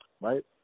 right